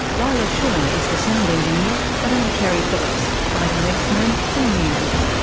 leila shunnar is the sound engineer, and i'm keri phillips. bye til next time from rear vision